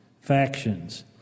factions